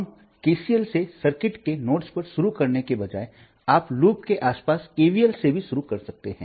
अब केसीएल से सर्किट के नोड्स पर शुरू करने के बजाय आप लूप के आसपास केवीएल से भी शुरू कर सकते हैं